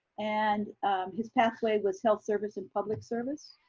and his pathway was health service and public service.